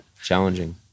Challenging